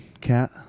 cat